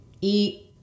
eat